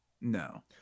No